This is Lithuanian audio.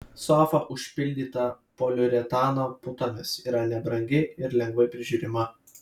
sofa užpildyta poliuretano putomis yra nebrangi ir lengvai prižiūrima